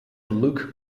look